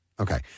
Okay